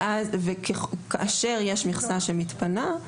כאשר יש מכסה שמתפנה,